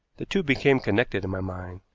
the two became connected in my mind.